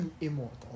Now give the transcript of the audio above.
immortal